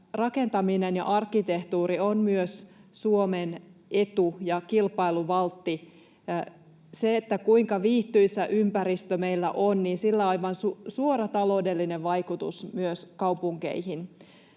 rakentaminen ja arkkitehtuuri ovat myös Suomen etu ja kilpailuvaltti. Sillä, kuinka viihtyisä ympäristö meillä on, on aivan suora taloudellinen vaikutus myös kaupunkeihin.